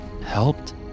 helped